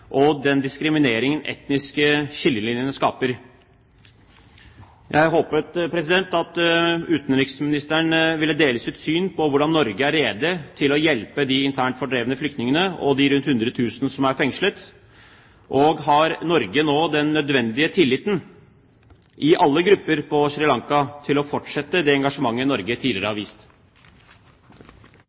og den diskrimineringen de etniske skillelinjene skaper. Jeg håpet at utenriksministeren ville dele sitt syn på hvordan Norge er rede til å hjelpe de internt fordrevne flyktningene og de rundt hundre tusen som er fengslet, og om Norge nå har den nødvendige tilliten i alle grupper på Sri Lanka til å fortsette det engasjementet Norge tidligere har vist.